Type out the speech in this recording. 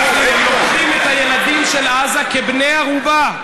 הם לוקחים את הילדים של עזה כבני ערובה,